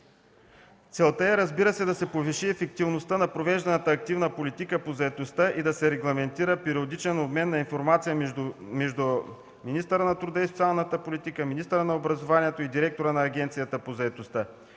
Целта е, разбира се, да се повиши ефективността на провежданата активна политика по заетостта и да се регламентира периодичен обмен на информация между министъра на труда и социалната политика, министъра на образованието и директора на Агенцията по заетостта.